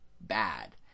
bad